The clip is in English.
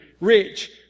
rich